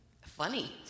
funny